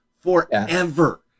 forever